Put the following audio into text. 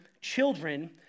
children